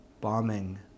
bombing